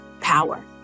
power